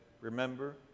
Remember